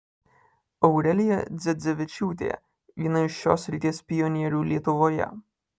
aurelija dzedzevičiūtė viena iš šios srities pionierių lietuvoje